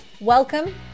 Welcome